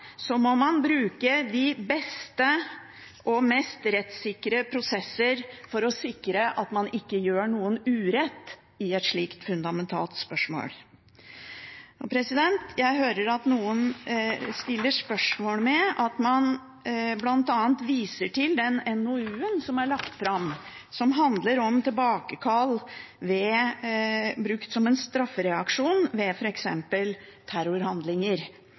må man bruke de beste og mest rettssikre prosesser for å sikre at man ikke gjør noen urett i et slikt fundamentalt spørsmål. Jeg hører at noen stiller spørsmål ved at man bl.a. viser til den NOU-en som er lagt fram, som handler om tilbakekall brukt som en straffereaksjon ved f.eks. terrorhandlinger.